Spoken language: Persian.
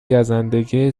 گزندگی